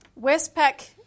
Westpac